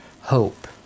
hope